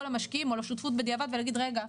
למשקיעים או לשותפות בדיעבד ולהגיד: רגע,